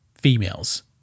females